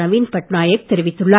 நவீன் பட்நாயக் தெரிவித்துள்ளார்